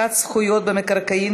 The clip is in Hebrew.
פטור מדמי השתתפות באשפוז סיעודי),